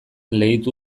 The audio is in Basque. leitu